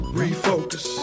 refocus